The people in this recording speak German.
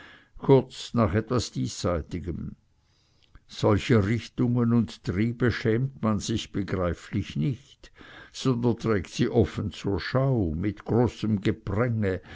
kurz nach etwas diesseitigem solcher richtungen und triebe schämt man sich begreiflich nicht sondern trägt sie offen zur schau mit großem gepränge